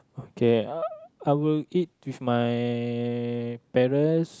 okay I will eat with my parents